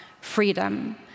freedom